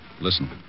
Listen